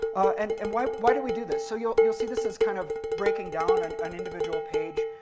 and and why why do we do this? so you'll you'll see this is kind of breaking down and an individual page.